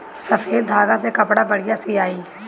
सफ़ेद धागा से कपड़ा बढ़िया सियाई